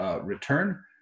return